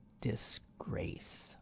disgrace